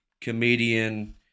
comedian